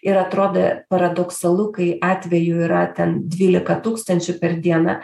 ir atrodė paradoksalu kai atvejų yra ten dvylika tūkstančių per dieną